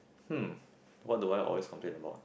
hmm what do I always complain about